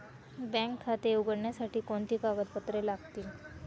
Bank खाते उघडण्यासाठी कोणती कागदपत्रे लागतील?